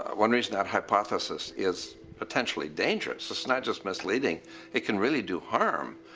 one reason that hypothesis is potentially dangerous it's not just misleading it can really do harm.